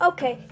Okay